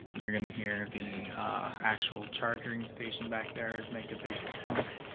you're gonna hear the actual charging station back there make a big thunk,